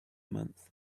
month